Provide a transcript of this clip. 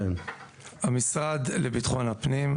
המשרד לביטחון הפנים,